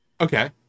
Okay